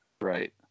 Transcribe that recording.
Right